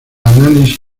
análisis